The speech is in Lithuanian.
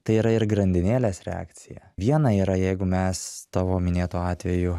tai yra ir grandinėlės reakcija viena yra jeigu mes tavo minėtu atveju